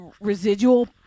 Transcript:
residual